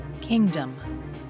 Kingdom